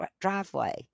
driveway